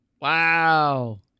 Wow